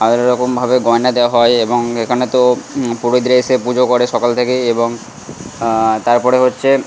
আলাদা রকমভাবে গয়না দেওয়া হয় এবং এখানে তো পুরোহিতরা এসে পুজো করে সকাল থেকেই এবং তার পরে হচ্ছে